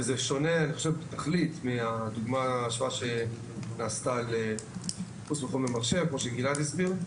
וזה שונה מהדוגמה שנעשתה כפי שגלעד הסביר.